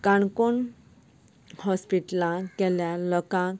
काणकोण हॉस्पिटलांत गेल्यार लोकांक